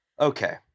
Okay